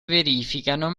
verificano